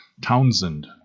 Townsend